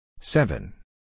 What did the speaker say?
Seven